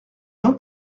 jean